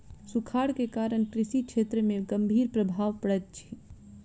सूखाड़ के कारण कृषि क्षेत्र में गंभीर प्रभाव पड़ैत अछि